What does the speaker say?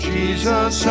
Jesus